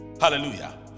hallelujah